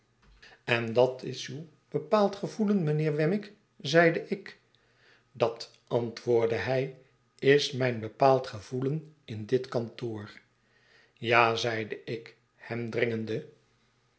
en dat is uw bepaald gevoelen mijnheer wemmick zeide ik dat antwoordde hij is mijn bepaald gevoelen in dit kantoor ja i zeide ik hem dringende